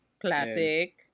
Classic